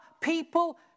people